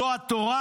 זו התורה?